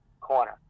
corner